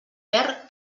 perd